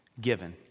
given